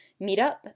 meetup